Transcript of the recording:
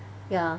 ya